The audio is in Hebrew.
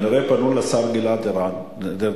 כנראה פנו לשר גלעד ארדן,